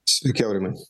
sveiki aurimai